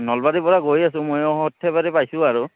নলবাৰীৰ পৰা গৈ আছোঁ ময়ো সৰ্থেবাৰী পাইছোঁ আৰু